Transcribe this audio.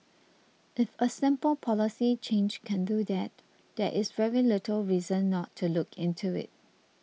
if a simple policy change can do that there is very little reason not to look into it